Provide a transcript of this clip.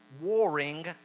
warring